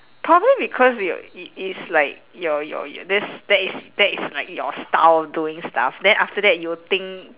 problem because you it's like your your y~ that's that is that is like your style doing stuff then after that you'll think